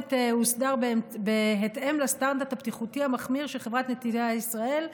הצומת הוסדר בהתאם לסטנדרט הבטיחותי המחמיר של חברת נתיבי ישראל,